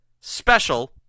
special